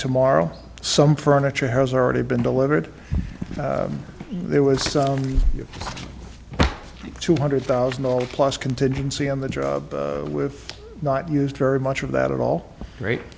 tomorrow some furniture has already been delivered there was a two hundred thousand dollars plus contingency on the job with not used very much of that all right